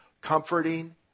comforting